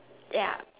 ya